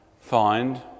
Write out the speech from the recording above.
find